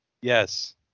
Yes